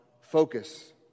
focus